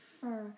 fur